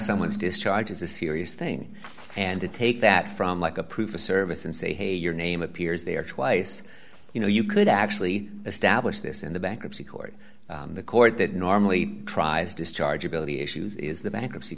someone's discharge is a serious thing and to take that from like a proof of service and say hey your name appears there twice you know you could actually establish this in the bankruptcy court the court that normally tries discharge ability issues is the bankruptcy